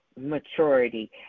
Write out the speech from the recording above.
maturity